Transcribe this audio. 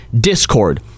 Discord